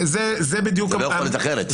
זה לא יכול להיות אחרת.